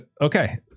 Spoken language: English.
Okay